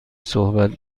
صحبت